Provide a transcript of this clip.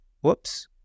whoops